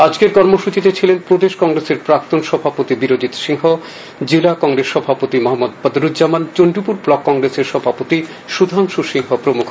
আজকের কর্মসৃচিতে ছিলেন প্রদেশ কংগ্রেসের প্রাক্তন সভাপতি বীরজিৎ সিংহ জেলা কংগ্রেস সভাপতি মো বদরুজ্জামান চন্ডিপুর ব্লক কংগ্রেস সভাপতি সুধাংশু সিংহ প্রমুখ